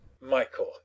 Michael